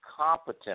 competent